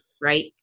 Right